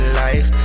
life